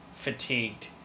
Fatigued